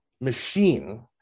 machine